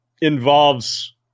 involves